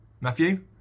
Matthew